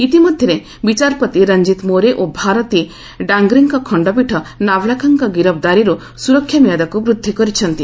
ଇତିମଧ୍ୟରେ ବିଚାରପତି ରଞ୍ଜିତ୍ ମୋରେ ଓ ଭାରତୀ ଡାଙ୍ଗରେଙ୍କ ଖଣ୍ଡପୀଠ ନାଭଲାଖାଙ୍କ ଗିରଫ୍ଦାରୀରୁ ସୁରକ୍ଷା ମିଆଦକୁ ବୃଦ୍ଧି କରିଛନ୍ତି